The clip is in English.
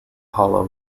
hollow